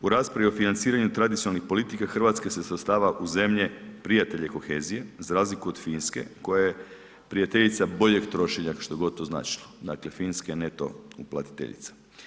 U raspravi o financiranju tradicionalnih politika Hrvatska se svrstava u zemlje prijatelja kohezije za razliku od Finske koja je prijateljica boljeg trošenja što god to značilo, dakle Finska je neto uplatiteljica.